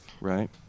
right